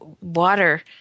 water